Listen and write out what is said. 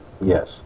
yes